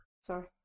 Sorry